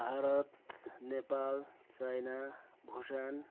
Bharat Nepal China Bhutan